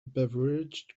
beveridge